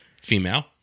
Female